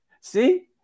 See